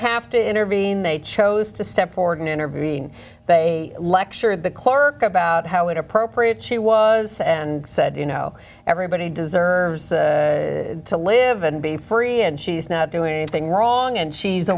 have to intervene they chose to step forward and intervene they lectured the clerk about how it appropriate she was and said you know everybody deserves to live and be free and she's not doing anything wrong and she's a